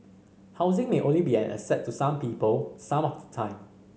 housing may only be an asset to some people some of the time